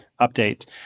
update